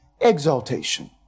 exaltation